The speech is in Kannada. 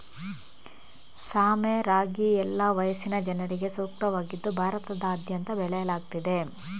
ಸಾಮೆ ರಾಗಿ ಎಲ್ಲಾ ವಯಸ್ಸಿನ ಜನರಿಗೆ ಸೂಕ್ತವಾಗಿದ್ದು ಭಾರತದಾದ್ಯಂತ ಬೆಳೆಯಲಾಗ್ತಿದೆ